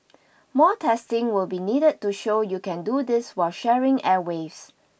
more testing will be needed to show you can do this while sharing airwaves